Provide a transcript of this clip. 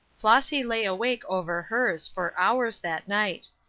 flossy lay awake over hers for hours that night.